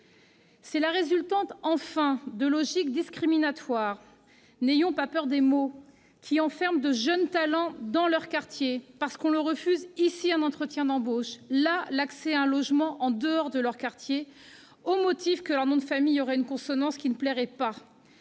C'est la résultante, enfin, de logiques discriminatoires -n'ayons pas peur des mots -qui enferment des jeunes de talent dans leur quartier, parce qu'on leur refuse ici un entretien d'embauche, là l'accès à un logement au-dehors de leur quartier, au motif que leur nom de famille a une consonance qui ne plaît pas.